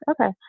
okay